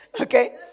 Okay